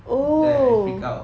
then I freak out